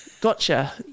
gotcha